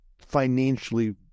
financially